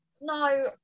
no